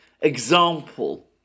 example